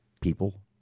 people